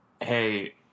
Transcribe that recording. hey